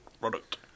product